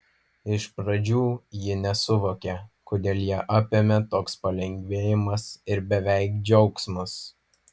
iš pradžių ji nesuvokė kodėl ją apėmė toks palengvėjimas ir beveik džiaugsmas